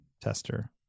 tester